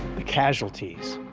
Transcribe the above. the casualties,